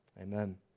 amen